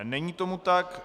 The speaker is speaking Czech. Není tomu tak.